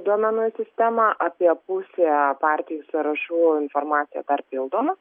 duomenų į sistemą apie pusę partijų sąrašų informacija dar pildoma